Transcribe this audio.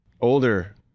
older